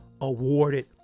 awarded